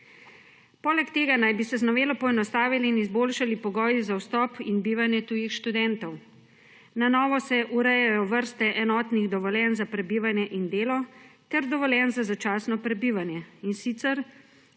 Poleg tega naj bi se z novelo poenostavili in izboljšali pogoji za vstop in bivanje tujih študentov. Na novo se urejajo vrste enotnih dovoljenj za prebivanje in delo ter dovoljenj za začasno prebivanje,